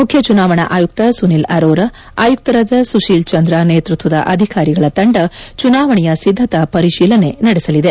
ಮುಖ್ಯ ಚುನಾವಣಾ ಆಯುಕ್ತ ಸುನಿಲ್ ಅರೋರಾ ಆಯುಕ್ತರಾದ ಸುಶೀಲ್ ಚಂದ್ರ ನೇತೃತ್ವದ ಅಧಿಕಾರಿಗಳ ತಂಡ ಚುನಾವಣೆಯ ಸಿದ್ದತಾ ಪರಿಶೀಲನೆ ನಡೆಸಲಿದೆ